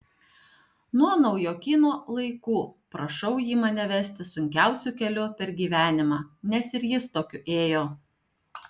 nuo naujokyno laikų prašau jį mane vesti sunkiausiu keliu per gyvenimą nes ir jis tokiu ėjo